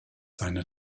seine